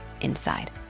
inside